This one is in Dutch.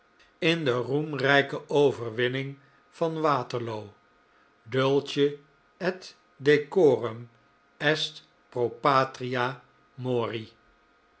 in de roemrijke overwinning van waterloo duke et decorum est pro patria mod